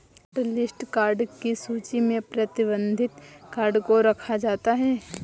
hotlist card की सूची में प्रतिबंधित कार्ड को रखा जाता है